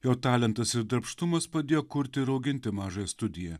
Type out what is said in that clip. jo talentas ir darbštumas padėjo kurti ir auginti mažąją studiją